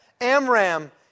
Amram